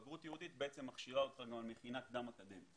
בגרות ייעודית בעצם מכשירה אותם למכינה קדם אקדמית